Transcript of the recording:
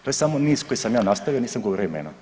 To je samo niz koji sam ja nastavio, nisam govorio imena.